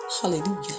hallelujah